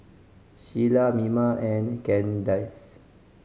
Shiela Mima and Kandice